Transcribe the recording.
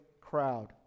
crowd